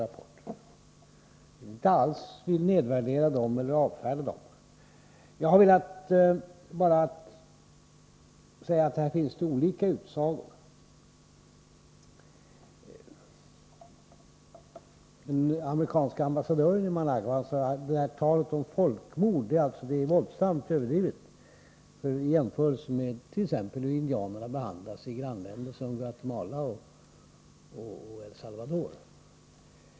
Jag vill inte alls nedvärdera eller avfärda dem. Jag har bara velat säga att det här finns olika utsagor. Den amerikanska ambassadören i Managua sade att talet om folkmord är våldsamt överdrivet och gjorde en jämförelse med hur indianerna behandlas i grannländer som Guatemala och El Salvador.